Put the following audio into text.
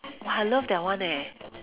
!wah! I love that [one] eh